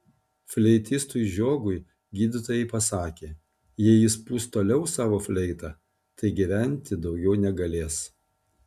fleitistui žiogui gydytojai pasakė jei jis pūs toliau savo fleitą tai gyventi daugiau negalės